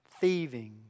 thieving